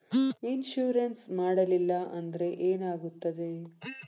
Insurance ಮಾಡಲಿಲ್ಲ ಅಂದ್ರೆ ಏನಾಗುತ್ತದೆ?